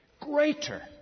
greater